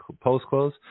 post-close